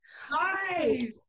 Hi